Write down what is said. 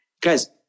Guys